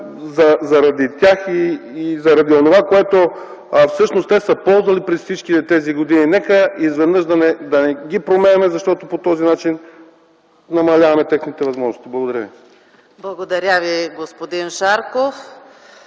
Заради тях и заради онова, което всъщност те са ползвали през всичките тези години, нека изведнъж не ги променяме, защото по този начин намаляваме техните възможности. Благодаря.